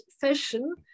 fashion